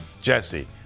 Jesse